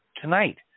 tonight